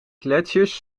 gletsjers